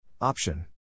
Option